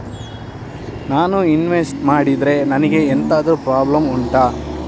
ನಾನು ಇನ್ವೆಸ್ಟ್ ಮಾಡಿದ್ರೆ ನನಗೆ ಎಂತಾದ್ರು ಪ್ರಾಬ್ಲಮ್ ಉಂಟಾ